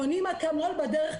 קונים אקמול בדרך,